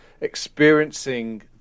experiencing